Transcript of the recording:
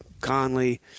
Conley